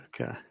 okay